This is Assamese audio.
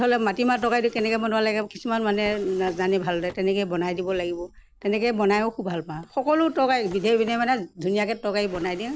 ধৰি ল মাটিমাহ তৰকাৰীটো কেনেকৈ বনাব লাগে কিছুমান মানুহে নাজানে ভালদৰে তেনেকৈয়ে বনাই দিব লাগিব তেনেকৈ বনায়ো খুব ভাল পাওঁ সকলো তৰকাৰী বিধে বিধে মানে ধুনীয়াকৈ তৰকাৰী বনাই দিওঁ